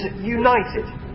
united